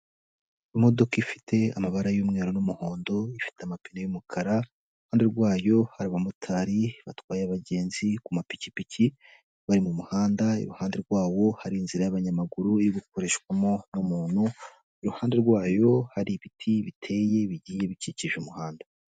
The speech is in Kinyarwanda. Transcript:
Imodoka ifite amabara y'umweru n'umuhondo, ifite amapine y'umukara, iruhande rwayo hari abamotari batwaye abagenzi ku mapikipiki bari mu muhanda, iruhande rwawo hari inzira y'abanyamaguru yo gukoreshwamo umuntu, iruhande rwayo hari ibiti biteye bigiye bikikije umuhanda.